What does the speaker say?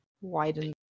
widen